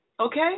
Okay